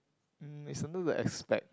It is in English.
mm is under the expect